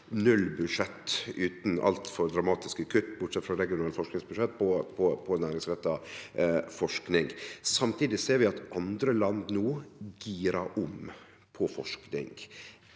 nullbudsjett utan altfor dramatiske kutt, bortsett frå i dei regionale forskingsfonda, på næringsretta forsking. Samtidig ser vi at andre land no girar om innan forsking,